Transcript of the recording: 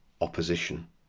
opposition